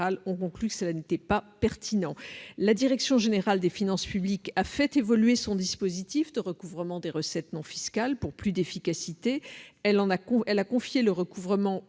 selon elles, ne serait pas pertinent. La direction générale des finances publiques a fait évoluer son dispositif de recouvrement des recettes non fiscales pour plus d'efficacité. Elle a confié le recouvrement